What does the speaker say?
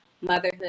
motherhood